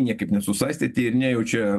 niekaip nesusaistyti ir nejaučia